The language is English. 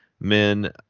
men